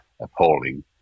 appalling